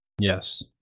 Yes